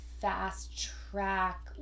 fast-track